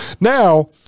now